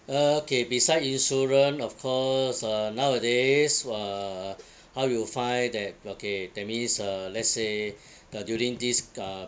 okay beside insurance of course uh nowadays uh how you find that okay that means uh let's say the during this uh